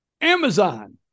amazon